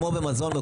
כמו במזון,